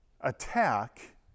attack